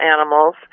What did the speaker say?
animals